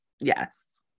yes